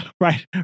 right